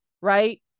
Right